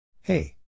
Hey